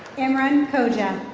imran khoja.